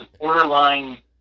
borderline